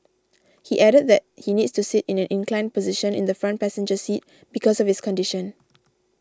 he added that he needs to sit in an inclined position in the front passenger seat because of his condition